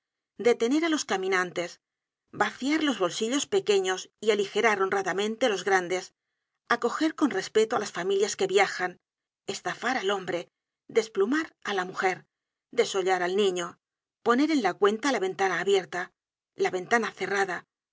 detener á los caminantes vaciar los bolsillos pequeños y aligerar honradamente los grandes acoger con respeto á las familias que viajan estafar al hombre desplumar á la mujer desollar al niño poner en la cuenta la ventana abierta la ventana cerrada